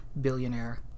billionaire